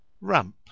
Ramp